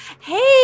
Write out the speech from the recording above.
hey